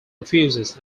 refuses